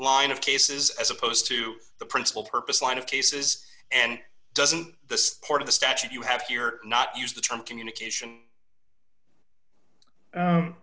line of cases as opposed to the principal purpose line of cases and doesn't the part of the statute you have here not used the term communication